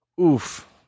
Oof